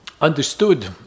understood